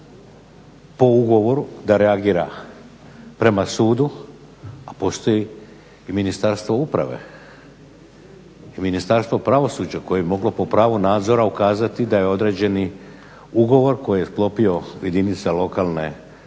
po ugovoru da reagira prema sudu, a postoji i Ministarstvo uprave i Ministarstvo pravosuđa koje je moglo po pravu nadzora ukazati da je određeni ugovor koji je sklopila jedinica lokalne